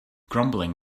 grumbling